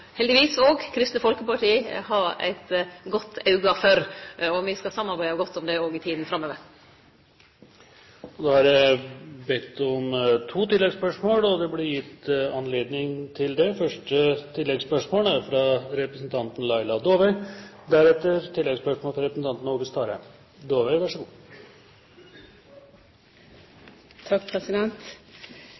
heldigvis òg Kristeleg Folkeparti har eit godt auge for. Me skal samarbeide godt om det òg i tida framover. Det er anmodet om at det blir gitt anledning til